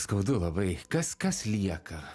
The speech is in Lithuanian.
skaudu labai kas kas lieka